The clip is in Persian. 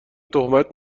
تهمت